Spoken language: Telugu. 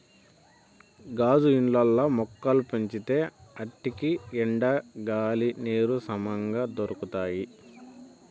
గాజు ఇండ్లల్ల మొక్కలు పెంచితే ఆటికి ఎండ, గాలి, నీరు సమంగా దొరకతాయి